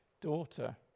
Daughter